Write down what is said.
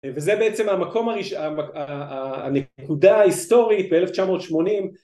וזה בעצם המקום הראשון... הנקודה ההיסטורית ב 1980.